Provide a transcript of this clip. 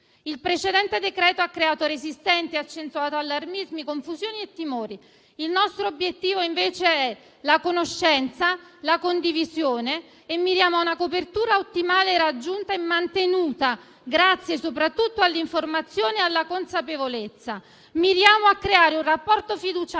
Il precedente decreto-legge ha creato resistenze e ha accentuato allarmismi, confusioni e timori. Il nostro obiettivo invece è la conoscenza e la condivisione e miriamo a una copertura ottimale, raggiunta e mantenuta grazie soprattutto all'informazione e alla consapevolezza. Miriamo a creare un rapporto fiduciario